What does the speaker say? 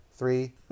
three